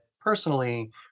personally